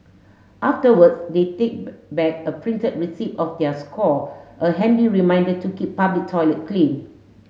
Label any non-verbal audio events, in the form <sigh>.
afterwards they take <unintelligible> back a printed receipt of their score a handy reminder to keep public toilet clean